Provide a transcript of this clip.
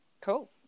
Cool